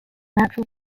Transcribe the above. natural